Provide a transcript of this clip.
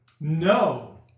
No